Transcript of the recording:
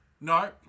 No